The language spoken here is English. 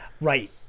Right